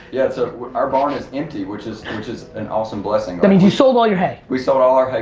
yeah, so our barn is empty, which is which is an awesome blessing. that means you sold all your hay. we sold all our hay